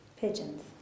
Pigeons